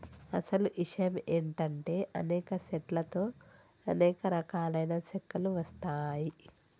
అసలు ఇషయం ఏంటంటే అనేక సెట్ల తో అనేక రకాలైన సెక్కలు వస్తాయి